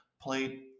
played